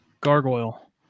Gargoyle